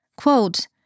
Quote